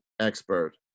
expert